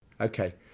Okay